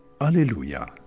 Alleluia